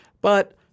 But-